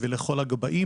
ולכל הגבאים,